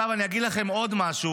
אני אגיד לכם עוד משהו.